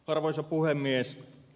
arvoisa puhemies